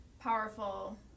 powerful